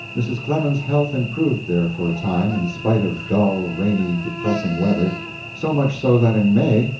mrs. clemens's health improved there for a time, in spite of dull, rainy, depressing weather so much so that in may,